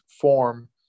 form